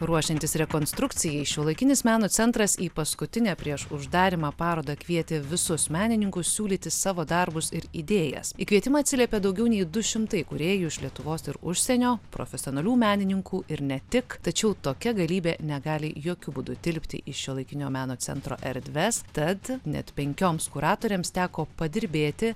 ruošiantis rekonstrukcijai šiuolaikinis meno centras į paskutinę prieš uždarymą parodą kvietė visus menininkus siūlyti savo darbus ir idėjas į kvietimą atsiliepė daugiau nei du šimtai kūrėjų iš lietuvos ir užsienio profesionalių menininkų ir ne tik tačiau tokia galybė negali jokiu būdu tilpti į šiuolaikinio meno centro erdves tad net penkioms kuratorėms teko padirbėti